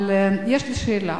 אבל אני רוצה לשאול שאלה: